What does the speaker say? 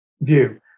view